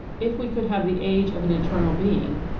if we could have the age of an eternal being,